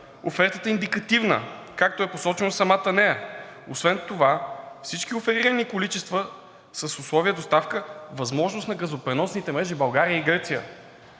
офертата е индикативна, както е посочено в самата нея. Освен това всички оферирани количества с условие на доставка „възможност на газопреносните мрежи в България и Гърция“,